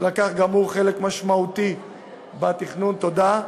שלקח גם הוא חלק משמעותי בתכנון, תודה,